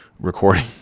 recording